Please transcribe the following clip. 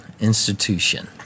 institution